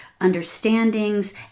understandings